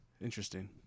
Interesting